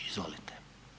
Izvolite.